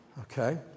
okay